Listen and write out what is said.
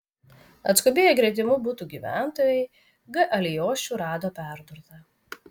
atskubėję gretimų butų gyventojai g alijošių rado perdurtą